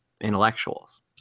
intellectuals